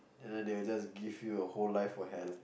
and then they will just give you a whole life for hell